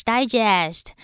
Digest